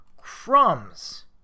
crumbs